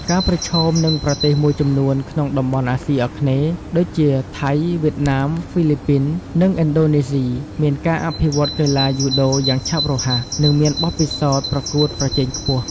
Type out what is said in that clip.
កាប្រឈមនឹងប្រទេសមួយចំនួនក្នុងតំបន់អាស៊ីអាគ្នេយ៍ដូចជា ថៃ វៀតណាម ហ្វីលីពីន និងឥណ្ឌូនេស៊ី មានការអភិវឌ្ឍន៍កីឡាយូដូយ៉ាងឆាប់រហ័ស និងមានបទពិសោធន៍ប្រកួតប្រជែងខ្ពស់ ។